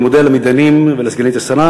אני מודה למתדיינים ולסגנית השר.